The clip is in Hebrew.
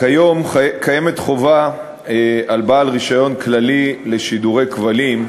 כיום חובה על בעל רישיון כללי לשידורי כבלים,